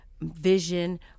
vision